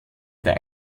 der